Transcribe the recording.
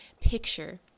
picture